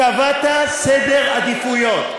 קבעת סדר עדיפויות.